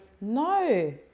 No